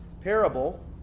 parable